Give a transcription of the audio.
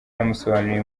yamusobanuriye